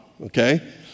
okay